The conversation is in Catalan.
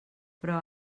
però